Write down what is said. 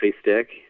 stick